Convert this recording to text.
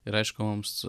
ir aišku mums